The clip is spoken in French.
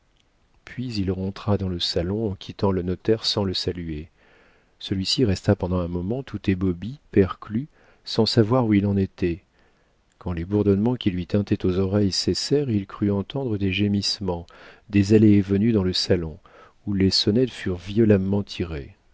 puis il rentra dans le salon en quittant le notaire sans le saluer celui-ci resta pendant un moment tout ébaubi perclus sans savoir où il en était quand les bourdonnements qui lui tintaient aux oreilles cessèrent il crut entendre des gémissements des allées et venues dans le salon où les sonnettes furent violemment